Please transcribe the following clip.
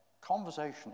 Conversation